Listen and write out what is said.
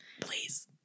please